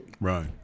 right